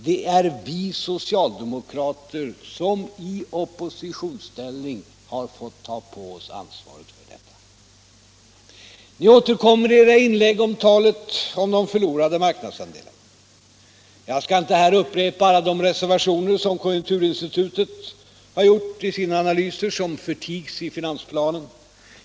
Det är vi socialdemokrater som i oppositionsställning har fått ta på oss ansvaret för detta. Ni återkommer i era inlägg till talet om de förlorade marknadsandelarna. Jag skall inte här upprepa alla de reservationer som konjunkturinstitutet har gjort i sina analyser men som förtigs i finansplanen.